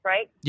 Right